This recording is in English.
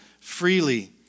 Freely